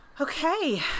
okay